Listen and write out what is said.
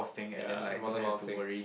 ya the thing